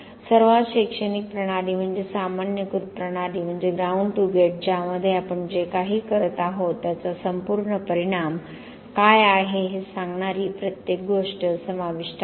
सर्वात शैक्षणिक प्रणाली म्हणजे सामान्यीकृत प्रणाली म्हणजे ग्राउंड टू गेट ज्यामध्ये आपण जे काही करत आहोत त्याचा संपूर्ण परिणाम काय आहे हे सांगणारी प्रत्येक गोष्ट समाविष्ट आहे